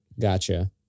Gotcha